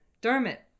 dermot